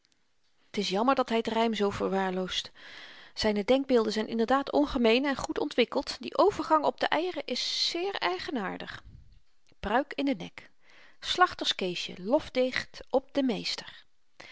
t is jammer dat hy het rym zoo verwaarloosd zyne denkbeelden zyn inderdaad ongemeen en goed ontwikkeld die overgang op de eieren is zeer eigenaardig pruik in den nek slachterskeesje lofdicht op den meester